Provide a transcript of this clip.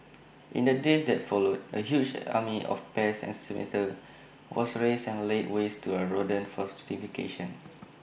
in the days that followed A huge army of pest exterminators was raised and laid waste to the rodent fortification